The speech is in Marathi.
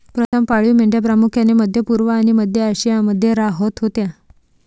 प्रथम पाळीव मेंढ्या प्रामुख्याने मध्य पूर्व आणि मध्य आशियामध्ये राहत होत्या